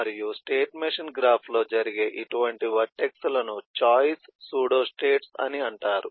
మరియు state machine గ్రాఫ్లో జరిగే ఇటువంటి వర్టెక్స్ లను ఛాయిస్ సూడోస్టేట్స్ అంటారు